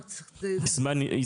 הקהילות של אודסה,